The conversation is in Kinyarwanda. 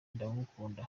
ndamukunda